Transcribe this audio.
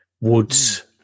woods